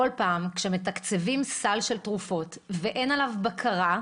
בכל פעם, כשמתקצבים סל של תרופות ואין עליו בקרה,